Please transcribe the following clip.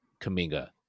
Kaminga